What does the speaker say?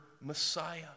messiah